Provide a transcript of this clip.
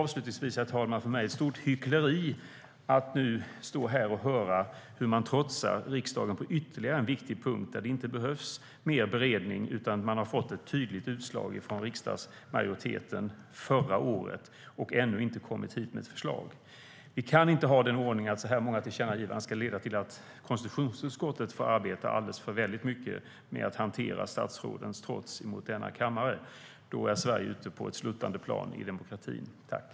Avslutningsvis är det för mig ett stort hyckleri att höra hur man trotsar riksdagen på ytterligare en viktig punkt där det inte behövs mer beredning, utan man har fått ett tydligt utslag från riksdagsmajoriteten förra året. Men ännu har man inte kommit till riksdagen med något förslag.